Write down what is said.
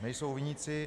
Nejsou viníci.